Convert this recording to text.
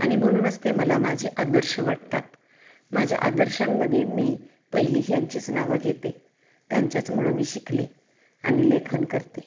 आणि म्हनूनच ते मला माझे आदर्श वाटतात माझ्या आदर्शांमध्ये मी पहिली ह्यांचीच नावं घेते त्यांच्याचमुळं मी शिकले आणि लेखन करते